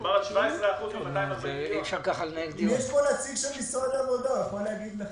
אם יש פה נציג של משרד העבודה, הוא יכול להגיד לך.